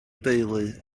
deulu